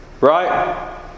Right